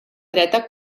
dreta